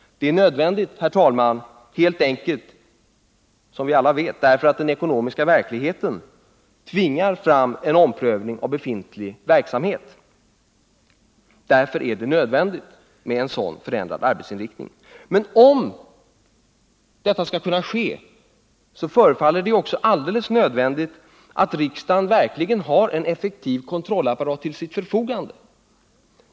En sådan förändring, herr talman, är nödvändig helt enkelt därför att — som vi alla vet — den ekonomiska verkligheten tvingar fram en omprövning av befintlig verksamhet. För att detta skall kunna ske är det emellertid nödvändigt att riksdagen har en effektiv kontrollapparat till sitt förfogande.